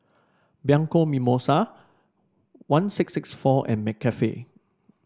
Bianco Mimosa one six six four and McCafe